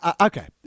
Okay